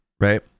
right